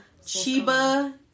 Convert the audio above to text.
Chiba